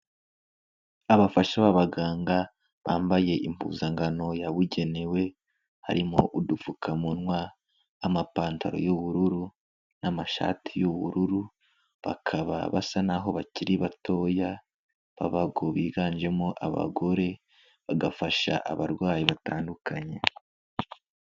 Abafasha b'abaganga bambaye impuzankano yabugenewe harimo udupfukamunwa amapantaro y'ubururu n'amashati y'ubururu, bakaba basa naho bakiri batoya biganjemo abagore bagafasha abarwayi batandukanye.